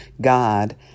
God